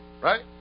Right